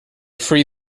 free